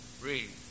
Read